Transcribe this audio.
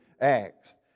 Acts